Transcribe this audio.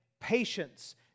patience